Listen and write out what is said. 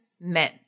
men